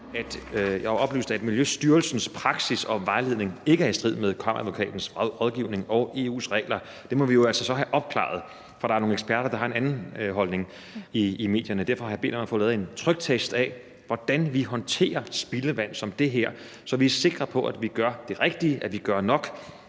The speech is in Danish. Jeg er blevet oplyst om, at Miljøstyrelsens praksis og vejledning ikke er i strid med Kammeradvokatens rådgivning og EU's regler. Det må vi jo altså så have opklaret, for der er nogle eksperter, der har en anden holdning, i medierne. Derfor har jeg bedt om at få lavet en tryktest af, hvordan vi håndterer spildevand som det her, så vi er sikre på, at vi gør det rigtige, at vi gør nok,